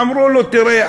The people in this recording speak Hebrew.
אמרו לו: תראה,